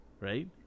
right